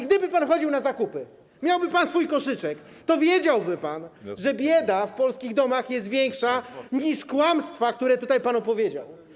Gdyby pan chodził na zakupy, gdyby miał pan swój koszyczek, to wiedziałby pan, że bieda w polskich domach jest większa niż kłamstwa, które tutaj pan opowiedział.